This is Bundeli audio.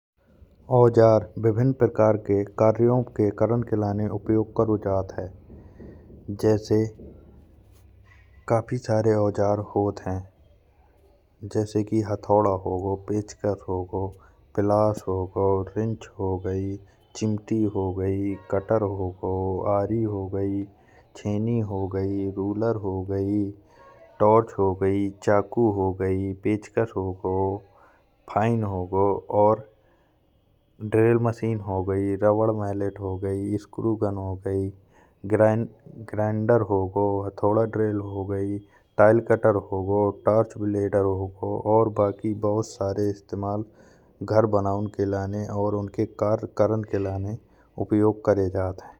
औजार विभिन्य प्रकार के कार्यों के कारण के लाने उपयोग करो जात है। जैसे काफी सारे औजार होत हैं जैसे कि हथौड़ा हो गओ, पेचकस हो गओ, प्लास हो गओ, रिंच हो गई, चिमटी हो गई। कटर हो गओ, आरी हो गई, छेनी हो गई, रुरल हो गई, टॉर्च हो गई, चाकू हो गई, पेचकस हो गओ, फाइन हो गओ और ड्रिल मशीन हो गई। रबर मैलेट हो गई, स्क्रू गन हो गई, ग्राइंडर हो गई, हथौड़ा ड्रिल हो गई, टाइल कटर हो गओ, टॉर्क बलाडर हो गओ। और बाकी बहुत सारे इस्तेमाल घर बनाऊन के लाने और बाकी कार्य कारण के लाने करो जात है।